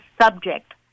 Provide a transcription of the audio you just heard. subject